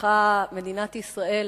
ששלחה מדינת ישראל